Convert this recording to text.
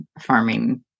farming